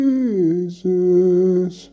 Jesus